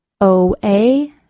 O-A